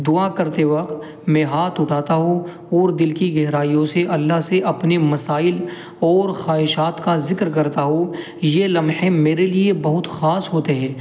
دعا کرتے وقت میں ہاتھ اٹھاتا ہو اور دل کی گہرائیوں سے اللہ سے اپنے مسائل اور خواہشات کا ذکر کرتا ہو یہ لمحے میرے لیے بہت خاص ہوتے ہے